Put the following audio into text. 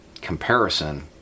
comparison